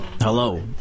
Hello